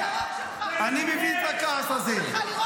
אני מבין את הכעס הזה.